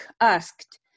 asked